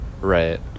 Right